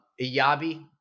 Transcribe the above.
Iyabi